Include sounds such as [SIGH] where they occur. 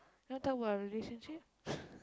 want to talk about our relationship [LAUGHS]